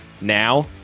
Now